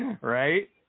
Right